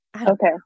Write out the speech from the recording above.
okay